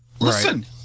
Listen